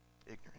Ignorant